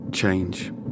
change